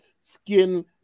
Skin